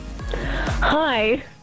Hi